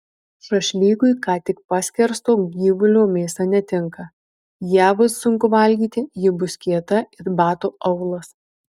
šašlykui ką tik paskersto gyvulio mėsa netinka ją bus sunku valgyti ji bus kieta it bato aulas